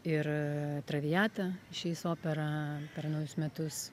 ir traviata išeis opera per naujus metus